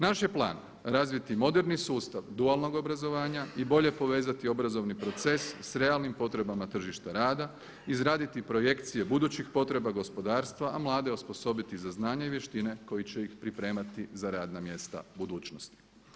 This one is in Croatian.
Naš je plan razviti moderni sustav dualnog obrazovanja i bolje povezati obrazovni proces s realnim potrebama tržišta rada, izraditi projekcije budućih potreba gospodarstva, a mlade osposobiti za znanje i vještine koji će ih pripremati za radna mjesta budućnosti.